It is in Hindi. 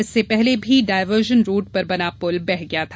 इससे पहले भी डायवर्जन रोड़ पर बना पुल बह गया था